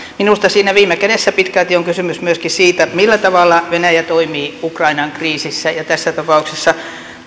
minusta siinä viime kädessä pitkälti on kysymys myöskin siitä millä tavalla venäjä toimii ukrainan kriisissä ja tässä tapauksessa